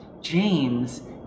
James